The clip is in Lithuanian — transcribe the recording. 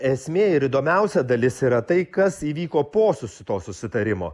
esmė ir įdomiausia dalis yra tai kas įvyko po susi to susitarimo